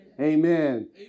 Amen